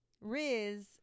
riz